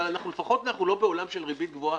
אבל אנחנו לפחות לא בעולם של ריבית גבוהה